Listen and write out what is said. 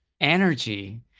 energy